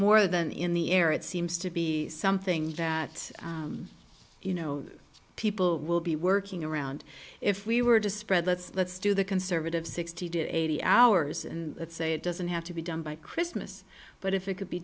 more than in the air it seems to be something that you know people will be working around if we were to spread let's let's do the conservative sixty to eighty hours and say it doesn't have to be done by christmas but if it could be